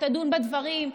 שתדון בדברים,